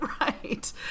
right